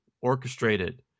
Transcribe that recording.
orchestrated